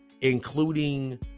including